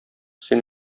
син